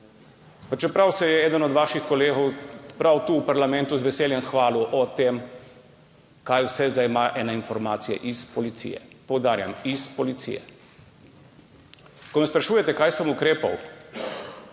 pa čeprav se je eden od vaših kolegov prav tu v parlamentu z veseljem hvalil o tem, katere vse informacije zajema iz policije, poudarjam iz policije. Ko me sprašujete, kako sem ukrepal.